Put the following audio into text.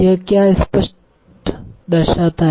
यह क्या स्पष्ट दर्शाता है